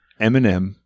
Eminem